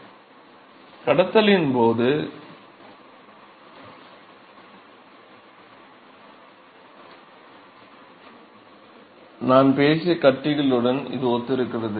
வெப்பக் கடத்தலின் போது நான் பேசிய கட்டிகளுடன் இது ஒத்திருக்கிறது